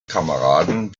kameraden